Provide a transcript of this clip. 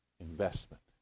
investment